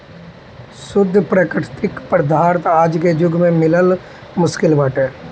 शुद्ध प्राकृतिक पदार्थ आज के जुग में मिलल मुश्किल बाटे